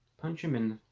punch him in.